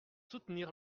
soutenir